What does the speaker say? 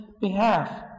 behalf